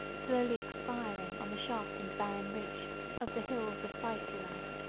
slowly expiring on the sharp and barren ridge of the hills of faesulae,